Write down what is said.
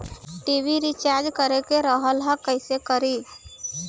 TV recharge करे के रहल ह कइसे करी?